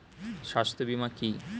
স্বাস্থ্য বীমা কি?